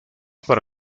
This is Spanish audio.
para